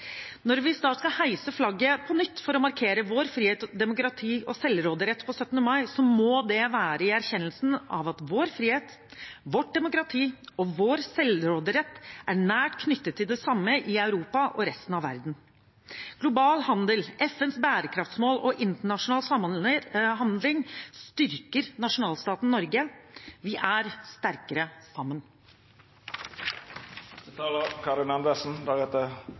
Når vi snart skal heise flagget på nytt for å markere vår frihet, vårt demokrati og vår selvråderett på 17. mai, må det være i erkjennelsen av at vår frihet, vårt demokrati og vår selvråderett er nært knyttet til det samme i Europa og i resten av verden. Global handel, FNs bærekraftsmål og internasjonal samhandling styrker nasjonalstaten Norge. Vi er sterkere